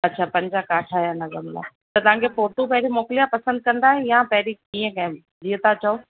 अच्छा पंजाहु काठ जा लॻंदा त तव्हांखे फ़ोटूं पहिरीं मोकलियां पसंदि कंदा या पहिरीं कीअं कया जीअं तव्हां चयो